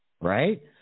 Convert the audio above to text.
Right